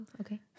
Okay